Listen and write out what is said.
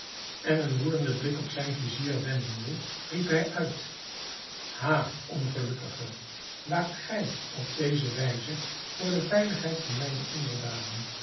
en een woedenden blik op zijn vizier werpende riep hij uit ha ongelukkige waakt gij op deze wijze voor de veiligheid van mijne onderdanen